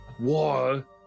War